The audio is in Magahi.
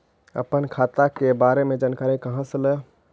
अपन खाता के बारे मे जानकारी कहा से ल?